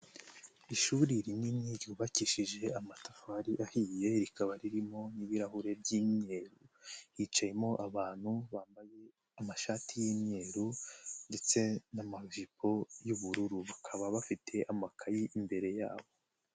Ishuri rinini ryubakishije amatafari ahiye, rikaba ririmo n'ibirahure by'imyeru. hicayemo abantu bambaye amashati y'imyeru ndetse n'amajipo y'ubururu. Bakaba bafite amakaye imbere yabo.